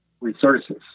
resources